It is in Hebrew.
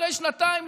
אחרי שנתיים,